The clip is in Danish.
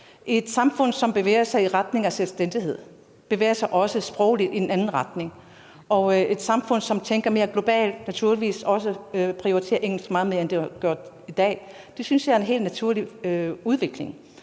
Et samfund, som bevæger sig i retning af selvstændighed, bevæger sig også sprogligt i en anden retning, og et samfund, som tænker mere globalt, prioriterer naturligvis også engelsk meget mere, end det er tilfældet i dag. Det synes jeg er en helt naturlig udvikling.